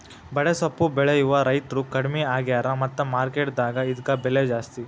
ಬಡೆಸ್ವಪ್ಪು ಬೆಳೆಯುವ ರೈತ್ರು ಕಡ್ಮಿ ಆಗ್ಯಾರ ಮತ್ತ ಮಾರ್ಕೆಟ್ ದಾಗ ಇದ್ಕ ಬೆಲೆ ಜಾಸ್ತಿ